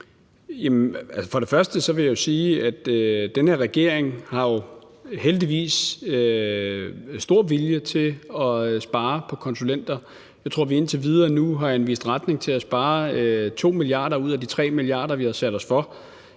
For det første vil jeg sige, at den her regering heldigvis har stor vilje til at spare på konsulenter. Jeg tror, at vi nu indtil videre har anvist retning til at spare 2 mia. kr. ud af de 3 mia. kr., som vi har sat os for,